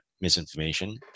misinformation